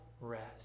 rest